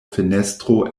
fenestro